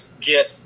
get